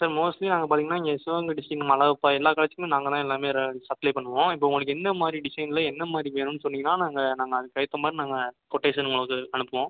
sir mostly நாங்கள் பார்த்திங்கன்னா இங்கே சிவகங்கை டிஸ்ட்ரிக் அழகப்பா எல்லா காலேஜ்க்குமே நாங்கள் தான் எல்லாமே சப்ளை பண்ணுவோம் இப்போ உங்களுக்கு என்ன மாதிரி டிசைனில் என்ன மாதிரி வேணும்ன்னு சொன்னிங்கன்னா நாங்கள் நாங்கள் அதுக்கு ஏற்றா மாதிரி நாங்கள் கொட்டேஷன் உங்களுக்கு அனுப்புவோம்